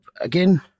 again